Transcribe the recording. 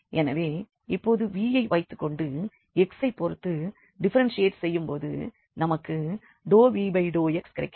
எனவே இப்பொழுது v யை வைத்துக்கொண்டு x ஐப் பொறுத்து டிஃப்ஃபெரென்ஷியெட் செய்யும்போது நமக்கு ∂v∂x கிடைக்கிறது